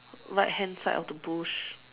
right hand side of the bush